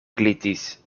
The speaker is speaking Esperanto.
glitis